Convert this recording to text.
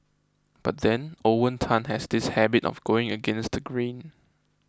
but then Owen Tan has this habit of going against the grain